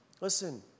Listen